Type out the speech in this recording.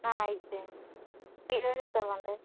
ఇచ్చేయండి ఇరవై రూపాయలదండి